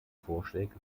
vorschläge